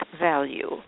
value